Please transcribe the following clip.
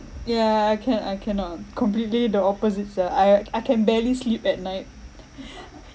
yeah can I cannot completely the opposites ah I I can barely sleep at night